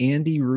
Andy